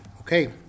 Okay